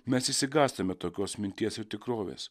mes išsigąstame tokios minties ir tikrovės